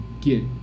get